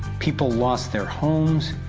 people lost their homes,